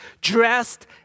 dressed